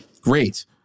great